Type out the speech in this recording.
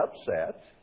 upset